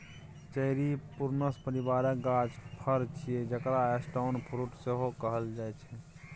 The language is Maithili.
चेरी प्रुनस परिबारक गाछक फर छियै जकरा स्टोन फ्रुट सेहो कहल जाइ छै